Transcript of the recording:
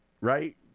right